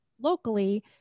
locally